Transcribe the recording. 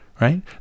right